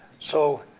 so,